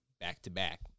back-to-back